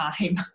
time